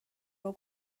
بار